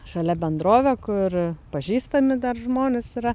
šalia bendrovę kur pažįstami dar žmonės yra